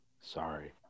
Sorry